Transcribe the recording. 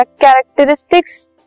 characteristics